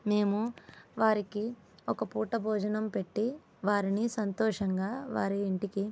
మేము వారికి ఒకపూట భోజనం పెట్టి వారిని సంతోషంగా వారి ఇంటికి